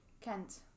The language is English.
Kent